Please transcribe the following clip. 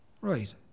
Right